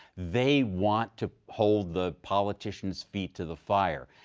they want to hold the politicians' feet to the fire.